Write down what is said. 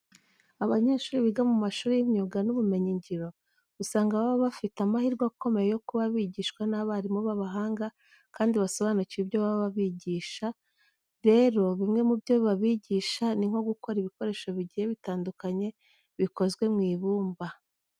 Abanyeshuri biga mu mashuri y'imyuga n'ubumenyingiro, usanga baba bafite amahirwe akomeye yo kuba bigishwa n'abarimu b'abahanga kandi basobanukiwe ibyo baba bigisha. Rero bimwe mu byo babigisha ni nko gukora ibikoresho bigiye bitandukanye bukozwe mu ibumba.